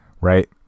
right